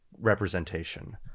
representation